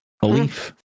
belief